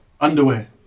Underwear